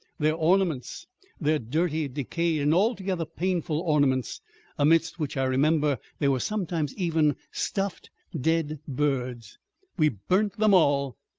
their ornaments their dirty, decayed, and altogether painful ornaments amidst which i remember there were sometimes even stuffed dead birds we burnt them all.